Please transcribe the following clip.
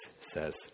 says